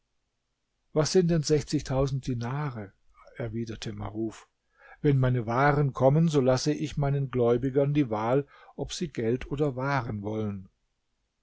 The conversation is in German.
was sind sechzigtausend dinare erwiderte maruf wenn meine waren kommen so lasse ich meinen gläubigern die wahl ob sie geld oder waren wollen